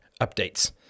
updates